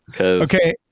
Okay